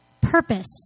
purpose